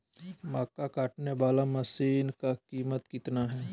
मक्का कटने बाला मसीन का कीमत कितना है?